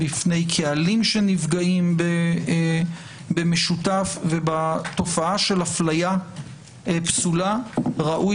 בפני קהלים שנפגעים במשותף ובתופעה של אפליה פסולה ראוי